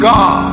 God